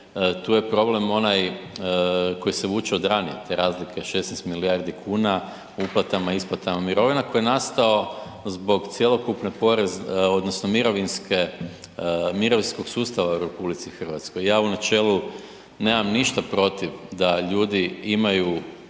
tu je problem onaj koji se vuče od ranije, te razlike 16 milijardi kuna, uplatama, isplatama mirovina koji je nastao zbog cjelokupne porezne, odnosno mirovinske, mirovinskog sustava u RH. Ja u načelu nemam ništa protiv da ljudi imaju